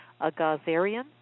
Agazarian